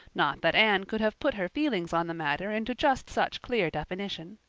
not that anne could have put her feelings on the matter into just such clear definition.